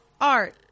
art